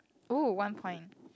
oh one point